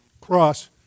cross